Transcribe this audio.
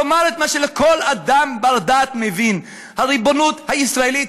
לומר את מה שכל אדם בר-דעת מבין: הריבונות הישראלית